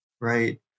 Right